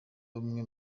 bamwe